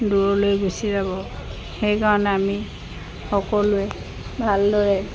দূৰলৈ গুচি যাব সেইকাৰণে আমি সকলোৱে ভালদৰে